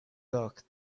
thought